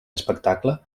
espectacle